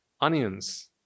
Onions